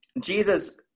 Jesus